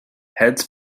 heads